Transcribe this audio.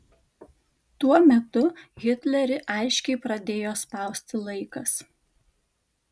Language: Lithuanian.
tuo metu hitlerį aiškiai pradėjo spausti laikas